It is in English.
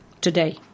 today